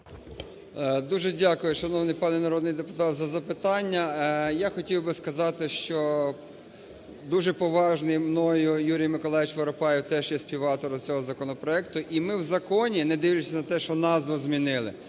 Дуже дякую, шановний пане народний депутат, за запитання. Я хотів би сказати, що дуже поважний мною Юрій Миколайович Воропаєв теж є співавтором цього законопроекту. І ми в законі, не дивлячись на те, що назву змінили,